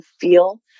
feel